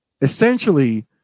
essentially